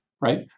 right